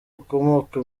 ukomoka